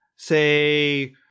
Say